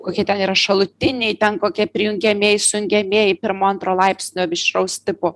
kokie ten yra šalutiniai ten kokie prijungiamieji sujungiamieji pirmo antro laipsnio mišraus tipo